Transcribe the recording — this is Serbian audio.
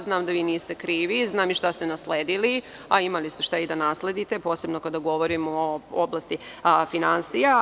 Znam da vi niste krivi i znam i šta ste nasledili, a imali ste i šta da nasledite, posebno kada govorimo o oblasti finansija.